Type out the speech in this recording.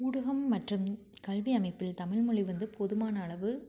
ஊடகம் மற்றும் கல்வி அமைப்பில் தமிழ் மொழி வந்து போதுமான அளவு